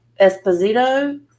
Esposito